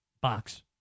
box